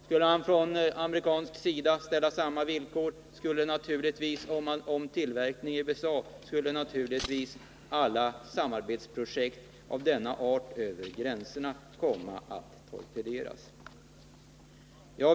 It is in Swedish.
Skulle man från amerikansk sida när det gäller amerikansk tillverkning ställa samma villkor, skulle naturligtvis alla samarbetsprojekt av denna art över gränserna komma att torpederas.